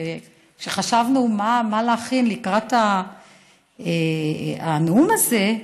כשחשבנו מה להכין לקראת הנאום הזה,